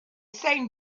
same